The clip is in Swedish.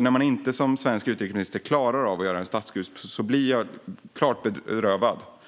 När man som svensk utrikesminister inte klarar av att kalla det en statskupp blir jag klart bedrövad.